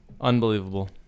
unbelievable